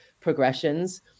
progressions